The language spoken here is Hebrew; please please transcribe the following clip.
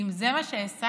אם זה מה שהשגנו,